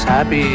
Happy